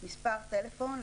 מספר טלפון,